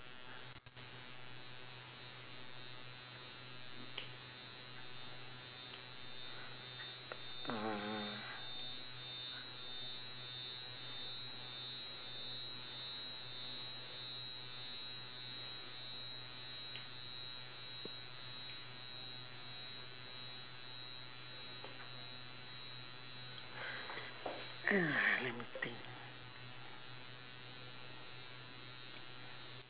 ah let me think